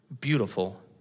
beautiful